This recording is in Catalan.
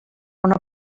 una